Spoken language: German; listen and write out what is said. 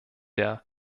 der